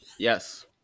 Yes